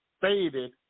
faded